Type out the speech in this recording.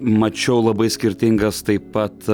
mačiau labai skirtingas taip pat